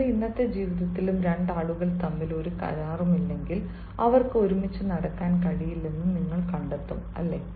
നിങ്ങളുടെ ഇന്നത്തെ ജീവിതത്തിലും രണ്ട് ആളുകൾ തമ്മിൽ ഒരു കരാറുമില്ലെങ്കിൽ അവർക്ക് ഒരുമിച്ച് നടക്കാൻ കഴിയില്ലെന്ന് നിങ്ങൾ കണ്ടെത്തും അല്ലേ